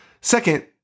Second